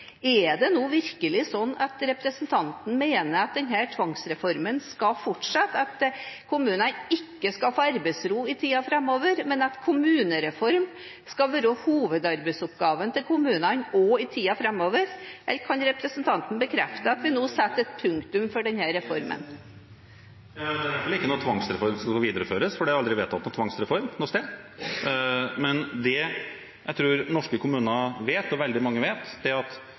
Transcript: at det nå blir satt et punktum for denne reformen? Det er i hvert fall ikke noen tvangsreform som skal videreføres, for det er aldri vedtatt noen tvangsreform noe sted. Men det jeg tror norske kommuner vet, og veldig mange vet, er at